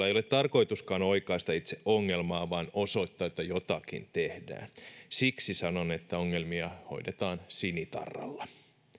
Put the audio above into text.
ei ole tarkoituskaan oikaista itse ongelmaa vaan osoittaa että jotakin tehdään siksi sanon että ongelmia hoidetaan sinitarralla